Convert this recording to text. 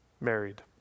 married